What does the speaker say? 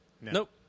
Nope